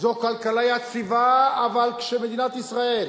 זו כלכלה יציבה, אבל מדינת ישראל